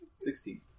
Sixteen